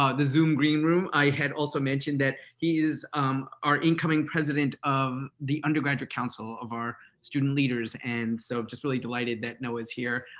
the zoom green room, i had also mentioned that he is our incoming president of the undergraduate counsel of our student leaders. and so i'm just really delighted that noah is here.